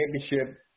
Championship